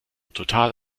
total